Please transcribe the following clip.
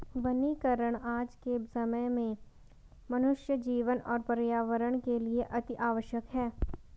वनीकरण आज के समय में मनुष्य जीवन और पर्यावरण के लिए अतिआवश्यक है